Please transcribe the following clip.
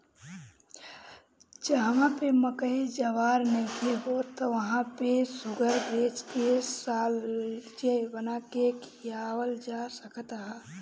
जहवा पे मकई ज्वार नइखे होत वहां पे शुगरग्रेज के साल्लेज बना के खियावल जा सकत ह